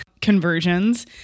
conversions